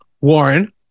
Warren